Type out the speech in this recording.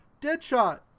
Deadshot